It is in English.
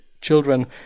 children